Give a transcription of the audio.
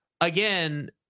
again